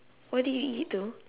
what did you eat itu